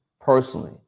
Personally